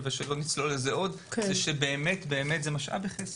זה באמת משאב בחסר.